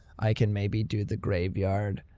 i can maybe do the graveyard?